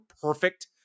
perfect